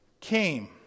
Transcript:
came